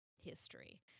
history